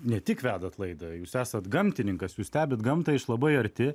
ne tik vedat laidą jūs esat gamtininkas jūs stebit gamtą iš labai arti